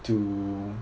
to